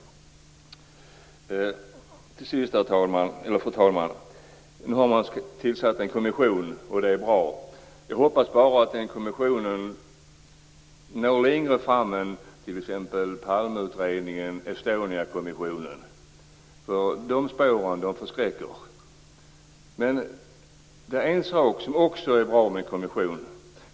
Till sist, fru talman: Nu har man tillsatt en kommission. Det är bra. Jag hoppas bara att denna kommission når längre än vad t.ex. Palmeutredningen och Estoniakommissionen gjorde. De spåren förskräcker. Det finns en sak som också är bra med kommissionen.